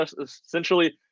essentially